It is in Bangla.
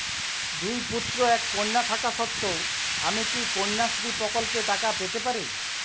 দুই পুত্র এক কন্যা থাকা সত্ত্বেও কি আমি কন্যাশ্রী প্রকল্পে টাকা পেতে পারি?